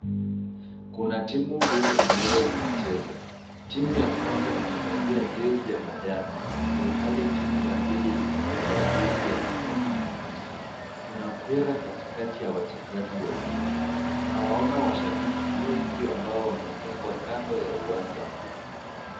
Kuna timu mbili ambazo zinacheza. Timu ya kwanza imevalia jezi ya manjano ilhali timu ya pili imevalia jezi ya nyekundu na nyeusi. Kuna mpira katikati ya wachezaji wawili. Tunawaona washabiki wengi ambao wametengwa kando ya uwanja huu.